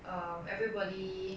um everybody